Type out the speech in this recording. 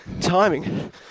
timing